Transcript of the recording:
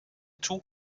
toe